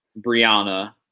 Brianna